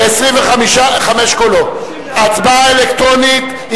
ההצבעה אלקטרונית.